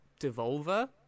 devolver